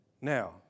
Now